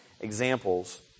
examples